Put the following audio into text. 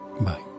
Bye